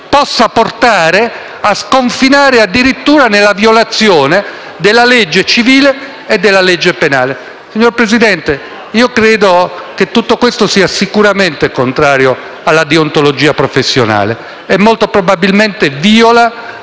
possa portare a sconfinare addirittura nella violazione della legge civile e della legge penale. Signor Presidente, credo che tutto questo sia sicuramente contrario alla deontologia professionale e molto probabilmente vìola